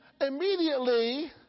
immediately